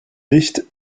licht